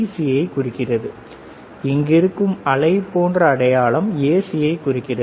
CI குறிக்கிறது இங்கிருக்கும் அலை போன்ற அடையாளம் ஏசியை குறிக்கிறது